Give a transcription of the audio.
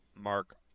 Mark